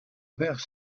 vers